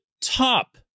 top